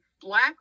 black